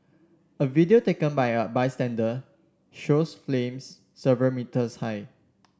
a video taken by a bystander shows flames several metres high